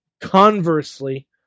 conversely